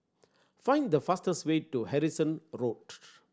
find the fastest way to Harrison Road